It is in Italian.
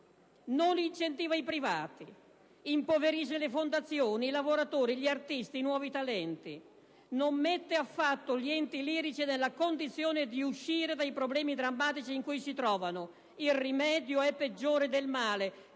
non incentiva i privati; impoverisce le fondazioni, i lavoratori, gli artisti, i nuovi talenti; non mette affatto gli enti lirici nella condizione di uscire dai problemi drammatici in cui si trovano: il rimedio è peggiore del male,